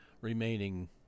remaining